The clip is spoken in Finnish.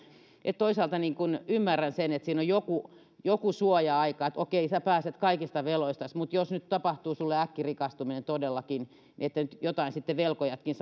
toisaalta ymmärrän sen että siinä on joku joku suoja aika että okei sinä pääset kaikista veloistasi mutta jos nyt tapahtuu sinulle äkkirikastuminen todellakin niin että nyt jotain sitten velkojatkin